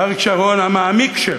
ואריק שרון המעמיק שלה.